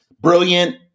Brilliant